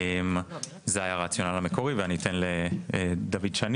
זה היה הרציונל המקורי ואני אתן לדוד שני